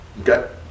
Okay